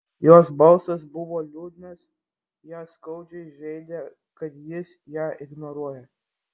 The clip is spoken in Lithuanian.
jos balsas buvo liūdnas ją skaudžiai žeidė kad jis ją ignoruoja